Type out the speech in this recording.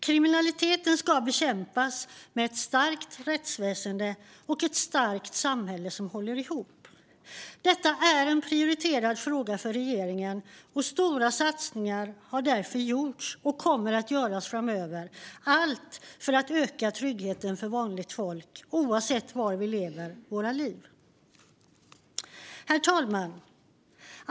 Kriminaliteten ska bekämpas med ett starkt rättsväsen och ett starkt samhälle som håller ihop. Detta är en prioriterad fråga för regeringen, och stora satsningar har därför gjorts och kommer att göras framöver - allt för att öka tryggheten för vanligt folk, oavsett var vi lever våra liv. Herr talman!